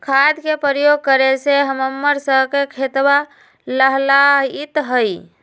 खाद के प्रयोग करे से हम्मर स के खेतवा लहलाईत हई